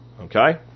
Okay